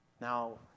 Now